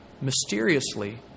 mysteriously